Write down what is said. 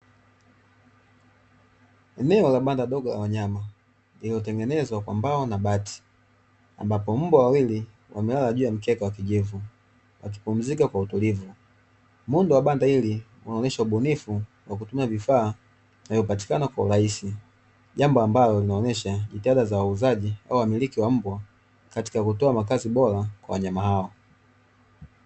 Eneo la banda dogo la wanyama lililotengenezwa kwa mbao na bati, ambapo mbwa wawili wamelala juu ya mkeka wa kijivu wakipumzika kwa utulivu. Muundo wa banda hili unaonyesha ubunifu wa kutumia vifaa vinavyopatikana kwa urahisi, jambo ambalo linaonyesha jitihada za wauzaji au wamiliki wa mbwa katika kutoa makazi bora kwa wanyama hao.